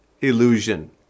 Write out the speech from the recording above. illusion